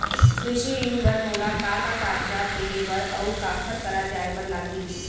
कृषि ऋण बर मोला का का कागजात देहे बर, अऊ काखर करा जाए बर लागही?